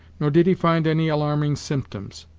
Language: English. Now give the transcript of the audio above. nor did he find any alarming symptoms.